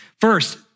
First